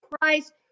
Christ